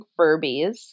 Furbies